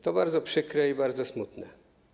To bardzo przykre i bardzo smutne.